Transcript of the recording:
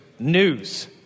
News